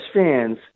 fans